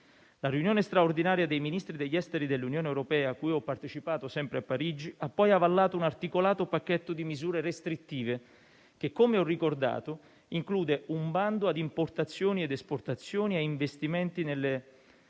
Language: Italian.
La riunione straordinaria dei Ministri degli esteri dell'Unione europea, cui ho partecipato sempre a Parigi, ha poi avallato un articolato pacchetto di misure restrittive che - come già detto - include un bando a importazioni ed esportazioni e a investimenti nelle